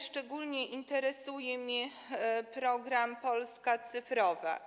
Szczególnie interesuje mnie program „Polska cyfrowa”